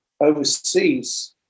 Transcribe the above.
Overseas